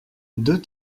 deux